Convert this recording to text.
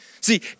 See